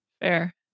fair